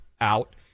out